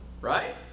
right